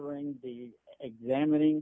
ring the examining